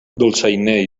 dolçainer